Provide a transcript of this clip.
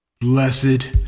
Blessed